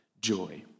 joy